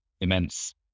immense